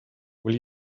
will